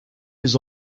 les